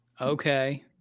Okay